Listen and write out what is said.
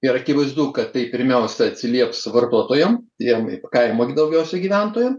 ir akivaizdu kad tai pirmiausia atsilieps vartotojam jiem kaimo daugiausiai gyventojam